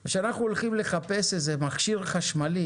אבל כשאנחנו הולכים לחפש איזה מחיר חשמלי,